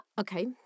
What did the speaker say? okay